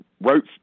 wrote